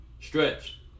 stretch